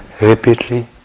repeatedly